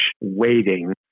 waiting